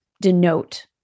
denote